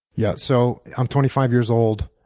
yeah so i'm twenty five years old,